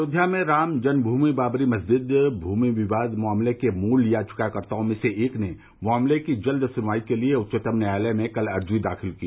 अयोध्या में रामजन्म भूमि बाबरी मस्जिद भूमि विवाद मामले के मूल याचिकाकर्ताओं में से एक ने मामले की जल्द सुनवाई के लिए उच्चतम न्यायालय में कल अर्जी दाखिल की